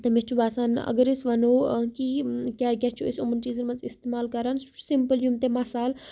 تہٕ مےٚ چھُ باسان اگر أسۍ وَنو کہِ کیٛاہ کیٛاہ چھُ أسۍ یِمَن چیٖزَن منٛز استعمال کَران سُہ چھِ سِمپٕل یِم تہِ مَصالہٕ